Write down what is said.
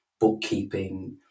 bookkeeping